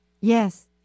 Yes